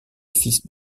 fils